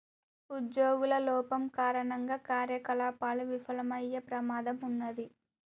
ఉజ్జోగుల లోపం కారణంగా కార్యకలాపాలు విఫలమయ్యే ప్రమాదం ఉన్నాది